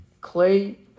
clay